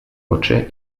oczy